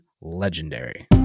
legendary